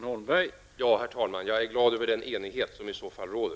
Herr talman! Jag är glad över den enighet som i så fall råder.